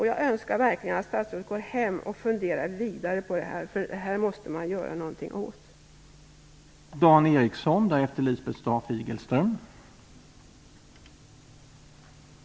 Jag önskar verkligen att statsrådet går hem och funderar vidare på det här, för man måste göra någonting åt det.